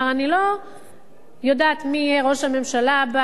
אני לא יודעת מי יהיה ראש הממשלה הבא,